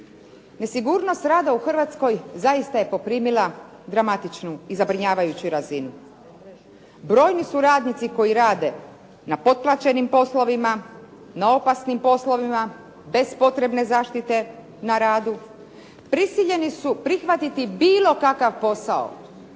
Nesigurnost rada u Hrvatskoj zaista je poprimila dramatičnu i zabrinjavajuću razinu. Brojni su radnici koji rade na potplaćenim poslovima, na opasnim poslovima, bez potrebne zaštite na radu, prisiljeni su prihvatiti bilo kakav posao